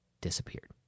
disappeared